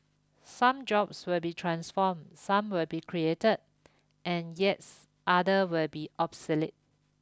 some jobs will be transformed some will be created and yes other will be obsolete